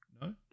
No